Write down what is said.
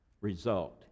result